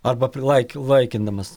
arba prilaik laikindamas